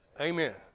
Amen